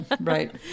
right